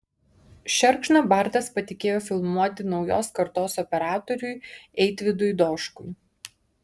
šerkšną bartas patikėjo filmuoti naujos kartos operatoriui eitvydui doškui